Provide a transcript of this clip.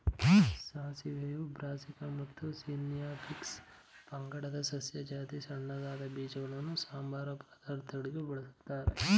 ಸಾಸಿವೆಯು Brassica ಮತ್ತು Sinapis ಪಂಗಡದ ಸಸ್ಯ ಜಾತಿ ಸಣ್ಣದಾದ ಬೀಜಗಳನ್ನು ಸಂಬಾರ ಪದಾರ್ಥವಾಗಿ ಬಳಸ್ತಾರೆ